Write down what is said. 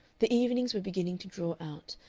the evenings were beginning to draw out,